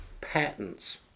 patents